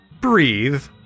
Breathe